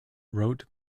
wrote